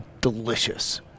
delicious